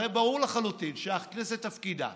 הרי ברור לחלוטין שהכנסת, תפקידה